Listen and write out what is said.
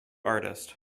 artist